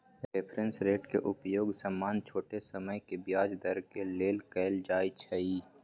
reference rate के उपयोग सामान्य छोट समय के ब्याज दर के लेल कएल जाइ छइ